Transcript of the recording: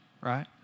right